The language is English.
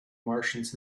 martians